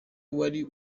wari